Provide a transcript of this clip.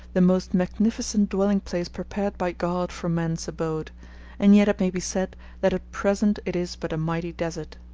the most magnificent dwelling-place prepared by god for man's abode and yet it may be said that at present it is but a mighty desert.